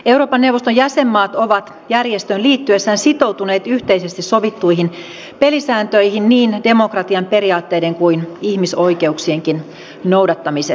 euroopan neuvoston jäsenmaat ovat järjestöön liittyessään sitoutuneet yhteisesti sovittuihin pelisääntöihin niin demokratian periaatteiden kuin ihmisoikeuksienkin noudattamisessa